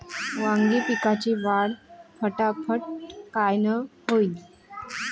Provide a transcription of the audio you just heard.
वांगी पिकाची वाढ फटाफट कायनं होईल?